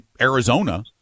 Arizona